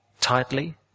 tightly